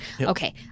Okay